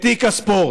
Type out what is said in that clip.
את תיק הספורט.